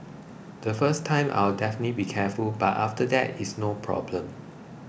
the first time I'll definitely be careful but after that it's no problem